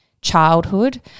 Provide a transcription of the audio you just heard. childhood